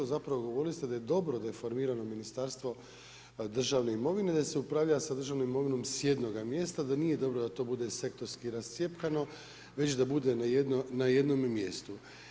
Zapravo govorili ste da je dobro da je formirano Ministarstvo državne imovine, da se upravlja državnom imovinom s jednoga mjesta, da nije dobro da to bude sektorski rascjepkano već da bude na jednome mjestu.